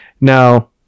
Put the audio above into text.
Now